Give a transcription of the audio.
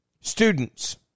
Students